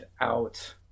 out